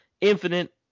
Infinite